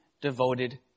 devoted